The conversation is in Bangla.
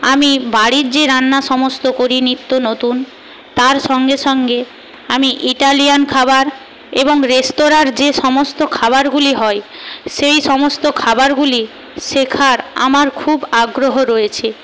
আমি বাড়ির যে রান্না সমস্ত করি নিত্য নতুন তার সঙ্গে সঙ্গে আমি ইটালিয়ান খাবার এবং রেস্তোরাঁর যে সমস্ত খাবারগুলি হয় সেই সমস্ত খাবারগুলি শেখার আমার খুব আগ্রহ রয়েছে